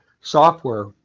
software